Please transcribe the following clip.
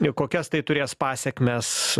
ir kokias tai turės pasekmes